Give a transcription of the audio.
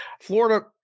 Florida